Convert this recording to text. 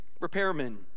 repairmen